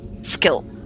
Skill